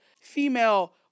female